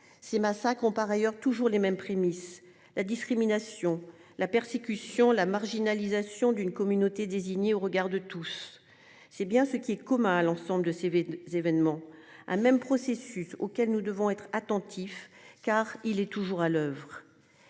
si Massa ont par ailleurs toujours les mêmes prémisses la discrimination la persécution la marginalisation d'une communauté au regard de tous. C'est bien ce qui est commun à l'ensemble de ces événements a même processus auquel nous devons être attentifs car il est toujours à l'oeuvre.